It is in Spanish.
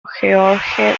georges